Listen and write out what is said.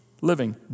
living